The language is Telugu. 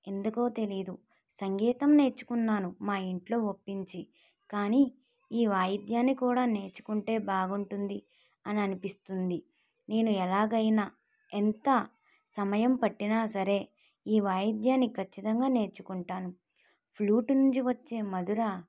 ఎందుకో తెలియదు సంగీతం నేర్చుకున్నాను మా ఇంట్లో ఒప్పించి కానీ ఈ వాయిద్యాన్ని కూడా నేర్చుకుంటే బాగుంటుంది అని అనిపిస్తుంది నేను ఎలాగైనా ఎంత సమయం పట్టినా సరే ఈ వాయిద్యాన్ని ఖచ్చితంగా నేర్చుకుంటాను ఫ్లూటు నుంచి వచ్చే మధుర